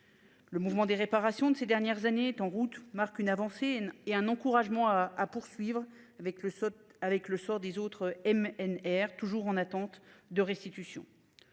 Le mouvement des réparations de ces dernières années est en route, marque une avancée et un encouragement à poursuivre avec le avec le sort des autres M, N et R toujours en attente de restitution.